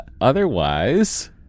otherwise